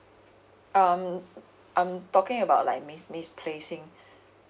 um I'm talking about like mis~ misplacing